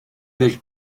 del